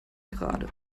gerade